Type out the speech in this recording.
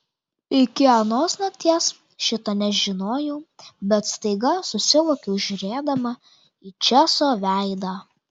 iki anos nakties šito nežinojau bet staiga susivokiau žiūrėdama į česo veidą